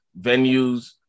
Venues